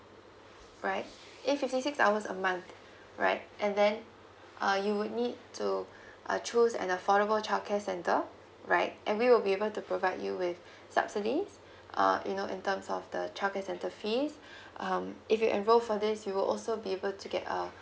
right if fifty six hours a month right and then uh you will need to uh choose an affordable child care center right and we will be able to provide you with subsidies uh you know in terms of the child care center fees um if you enroll for this you will also be able to get a